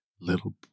little